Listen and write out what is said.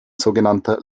sogenannter